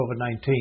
COVID-19